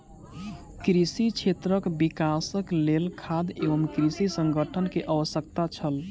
कृषि क्षेत्रक विकासक लेल खाद्य एवं कृषि संगठन के आवश्यकता छल